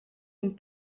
amb